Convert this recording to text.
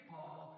Paul